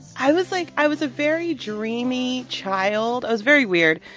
i was, like i was a very dreamy child. i was very weird.